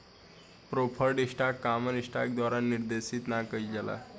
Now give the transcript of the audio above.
preferred stock common stock के द्वारा निर्देशित ना कइल जाला